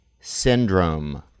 syndrome